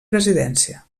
presidència